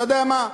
אתה יודע מה?